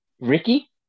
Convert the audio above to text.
Ricky